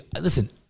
Listen